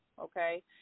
okay